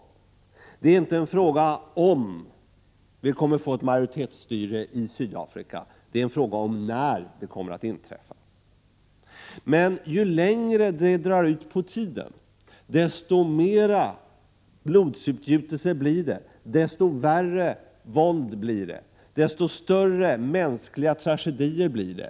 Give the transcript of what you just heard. Frågan är inte om man kommer att få ett majoritetsstyre i Sydafrika — frågan är när det kommer att inträffa. Men ju längre det drar ut på tiden, desto mer blodsutgjutelse blir det, desto värre våld blir det och desto större mänskliga tragedier blir det.